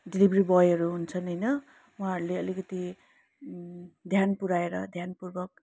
delivery बोयहरू हुन्छन होइन उहाँहरूले अलिकति ध्यान पुर्याएर ध्यानपूर्वक